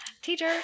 Teacher